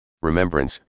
Remembrance